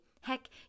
heck